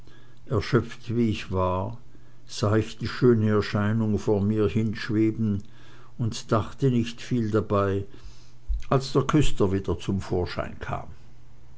erschöpft wie ich war sah ich die schöne erscheinung vor mir hinschweben und dachte nicht viel dabei als der küster wieder zum vorschein kam